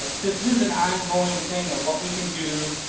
this is an ongoing thing of what we can do.